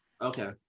Okay